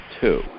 two